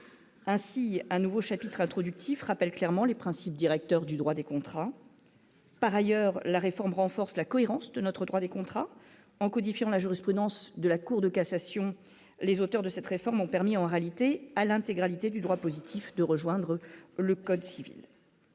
ainsi un nouveau chapitre introductif rappelle clairement les principes directeurs du droit des contrats par ailleurs la réforme renforce la cohérence de notre droit des contrats en codifié dans la jurisprudence de la Cour de cassation, les auteurs de cette réforme ont permis en réalité à l'intégralité du droit positif de rejoindre le code civil,